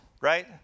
Right